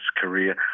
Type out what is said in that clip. career